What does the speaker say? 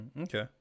okay